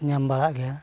ᱧᱟᱢ ᱵᱟᱲᱟᱜ ᱜᱮᱭᱟ